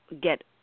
get